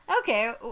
Okay